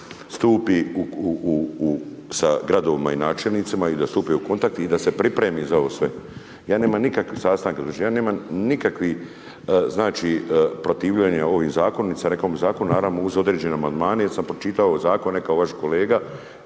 stupi u sa gradovima i načelnicima i da stupi u kontakt i da se pripremi za ovo sve. Ja nemam nikakvih sastanka, znači ja nemam, nikakvih znači, protivljenja ovim zakona, niti sam rekao ovim zakonom, naravno, uz određene amandmane, jer sam pročitao zakone kao vaš kolega